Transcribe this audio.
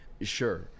sure